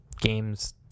games